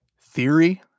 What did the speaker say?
theory